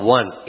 one